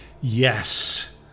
Yes